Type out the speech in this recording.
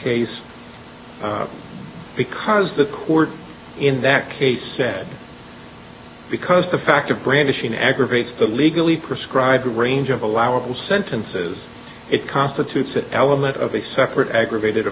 case because the court in that case said because the fact of brandishing aggravates the legally prescribed range of allowable sentences it constitutes an element of a separate aggravated